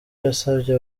yasabye